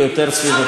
אבל כבר יש לך קצא"א,